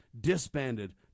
Disbanded